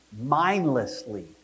mindlessly